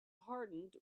hardened